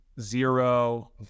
zero